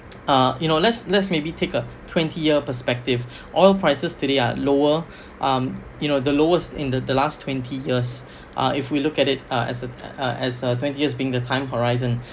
uh you know let's let's maybe take a twenty year perspective oil prices today are lower um you know the lowest in the last twenty years uh if we look at it uh as a as a twenty years being the time horizon